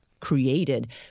Created